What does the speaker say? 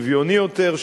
שוויוני יותר,